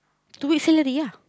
two weeks salary lah